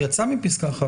יצאה מפסקה (1).